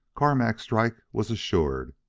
carmack's strike was assured.